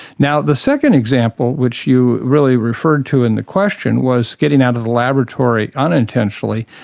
now, the second example which you really referred to in the question, was getting out of the laboratory unintentionally,